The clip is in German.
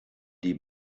die